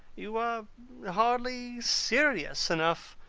you are hardly serious enough.